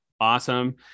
Awesome